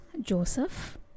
Joseph